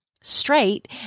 straight